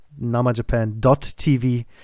namajapan.tv